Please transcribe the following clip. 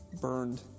burned